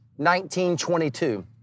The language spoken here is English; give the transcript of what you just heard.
1922